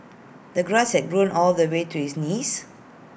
the grass had grown all the way to his knees